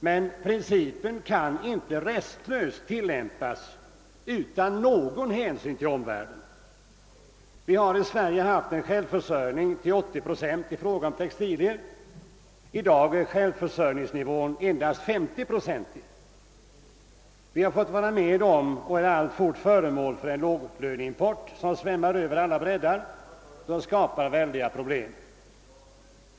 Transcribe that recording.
Men principen kan inte restlöst tillämpas utan någon hänsyn till omvärlden. Vi har i Sverige haft en självförsörjning till cirka 80 procent i fråga om textilier. I dag är självförsörjningsgraden endast 50 procent. Vi har fått vara med om och är alltfort föremål för en låglöneimport som svämmar alla bräddar och skapar väldiga problem.